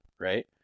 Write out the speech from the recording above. right